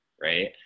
Right